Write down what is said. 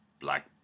Black